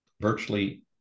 virtually